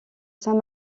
saint